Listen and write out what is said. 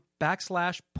backslash